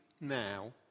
now